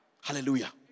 Hallelujah